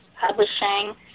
publishing